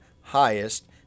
highest